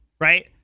right